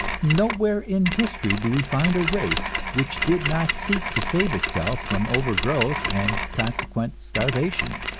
nowhere in history do we find a race which did not seek to save itself from overgrowth and consequent starvation.